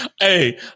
Hey